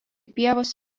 pievos